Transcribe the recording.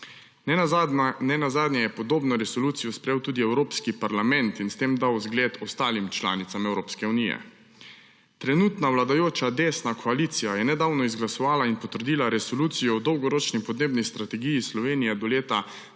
Nenazadnje je podobno resolucijo sprejel tudi Evropski parlament in s tem dal zgled ostalim članicam Evropske unije. Trenutna vladajoča desna koalicija je nedavno izglasovala in potrdila Resolucijo o Dolgoročni podnebni strategiji Slovenije do leta 2050,